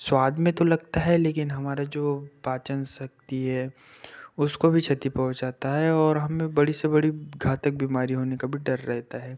स्वाद में तो लगता है लेकिन हमारा जो पाचन शक्ति है उसको भी क्षति पहुँचाता है और हमें बड़ी से बड़ी घातक बीमारी होने का भी डर रहता है